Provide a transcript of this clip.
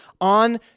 on